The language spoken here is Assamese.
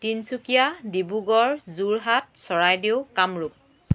তিনিচুকীয়া ডিব্ৰুগড় যোৰহাট চৰাইদেউ কামৰূপ